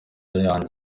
yanjye